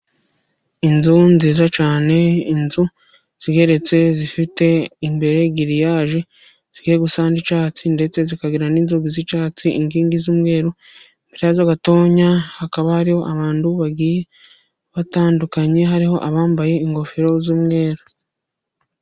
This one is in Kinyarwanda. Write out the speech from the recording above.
Inzu nziza cyane, inzu zigeretse, zifite imbere giririyaje, zigiye gusa n'icyatsi ndetse zikagira n'inzugi z'icyatsi, inkingi z'umweru. Imbere yazo gatoya hakaba hariho abantu bagiye batandukanye, hariho abambaye ingofero z'umweru.